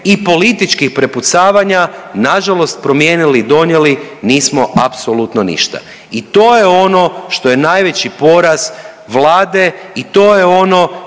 i političkih prepucavanja nažalost promijenili i donijeli nismo apsolutno ništa. I to je ono što je najveći poraz Vlade. I to je ono